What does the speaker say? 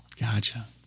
Gotcha